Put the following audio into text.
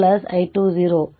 ಆದ್ದರಿಂದ ic 0 i2 0 is 0